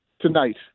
tonight